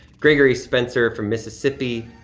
gregory spencer from mississippi.